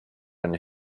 and